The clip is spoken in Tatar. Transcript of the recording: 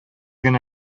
генә